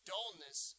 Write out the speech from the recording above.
Dullness